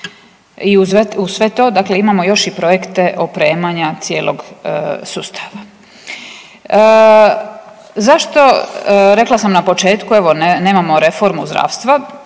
i uz sve to, dakle imamo još i projekte opremanja cijelog sustava. Zašto, rekla sam na početku, evo, nemamo reformu zdravstva,